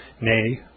nay